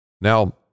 Now